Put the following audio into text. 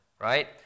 Right